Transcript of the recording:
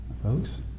Folks